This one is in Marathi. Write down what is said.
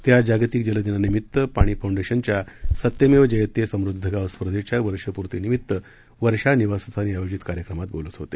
ते आज जागतिक जलदिनानिमित्त पाणी फौंडेशनच्या सत्यमेव जयते समृद्ध गाव स्पर्धेच्या वर्षपूर्तीनिमित्त वर्षा निवासस्थानी आयोजित कार्यक्रमात बोलत होते